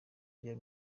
rya